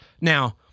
Now